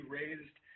raised